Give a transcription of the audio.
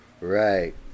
Right